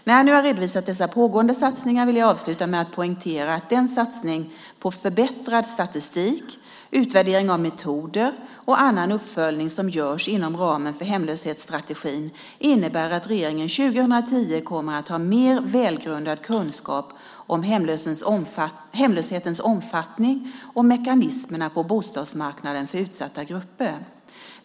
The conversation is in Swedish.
När jag nu har redovisat dessa pågående satsningar vill jag avsluta med att poängtera att den satsning på förbättrad statistik, utvärdering av metoder och annan uppföljning som görs inom ramen för hemlöshetsstrategin innebär att regeringen 2010 kommer att ha en mer välgrundad kunskap om hemlöshetens omfattning och mekanismerna på bostadsmarknaden för utsatta grupper.